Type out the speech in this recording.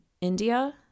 India